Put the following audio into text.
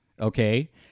okay